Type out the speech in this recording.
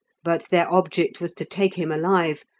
but their object was to take him alive,